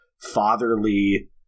fatherly